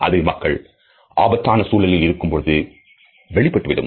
அது மக்கள் ஆபத்தான சூழலில் இருக்கும் பொழுது வெளிப்பட்டுவிடும்